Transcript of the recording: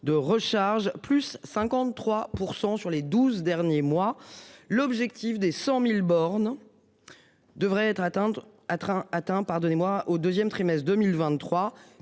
de recharge, plus 53% sur les 12 derniers mois. L'objectif des 100.000 bornes. Devrait être atteinte à train atteint